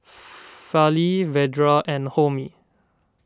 Fali Vedre and Homi